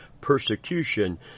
persecution